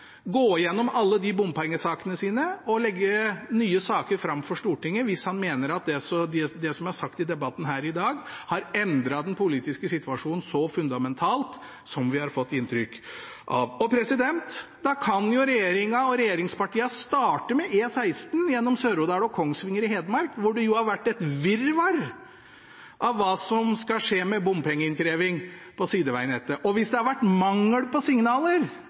gå igjennom alle bompengesakene sine og legge nye saker fram for Stortinget hvis han mener at det som er sagt i debatten her i dag, har endret den politiske situasjonen så fundamentalt som vi har fått inntrykk av. Da kan jo regjeringen og regjeringspartiene starte med E16 gjennom Sør-Odal og Kongsvinger i Hedmark, hvor det har vært et virvar om hva som skal skje med bompengeinnkreving på sidevegnettet. Hvis man mener at det har vært mangel på signaler